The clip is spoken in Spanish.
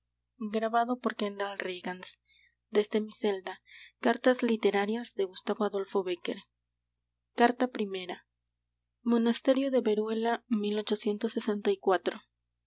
desde mi celda cartas literarias carta primera monasterio de veruela